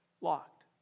locked